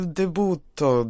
debutto